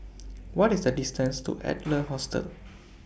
What IS The distance to Adler Hostel